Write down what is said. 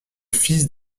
fils